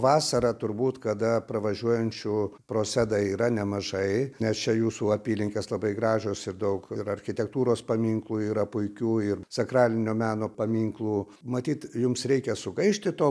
vasarą turbūt kada pravažiuojančių pro seda yra nemažai nes čia jūsų apylinkės labai gražios ir daug ir architektūros paminklų yra puikių ir sakralinio meno paminklų matyt jums reikia sugaišti to